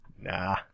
Nah